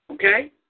Okay